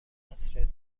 عصر